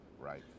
right